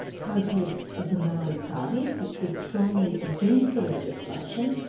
co-head of the maori party which was strongly against the legislation.